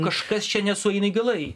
kažkas čia nesueina galai